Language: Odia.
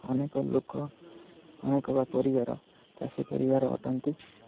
ଅନେକ ଲୋକ ଅନେକ ବା ପରିବାର ଚାଷୀ ପରିବାର ଅଟନ୍ତି